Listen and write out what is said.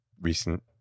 recent